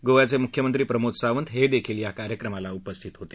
गोव्याचे मुख्यमंत्री प्रमोद सावंत हे देखील या कार्यक्रमाला उपस्थित होते